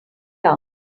down